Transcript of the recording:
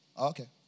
Okay